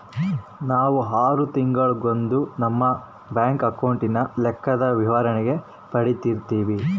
ನಾವು ಆರು ತಿಂಗಳಿಗೊಂದಪ್ಪ ನಮ್ಮ ಬ್ಯಾಂಕ್ ಅಕೌಂಟಿನ ಲೆಕ್ಕದ ವಿವರಣೇನ ಪಡೀತಿರ್ತೀವಿ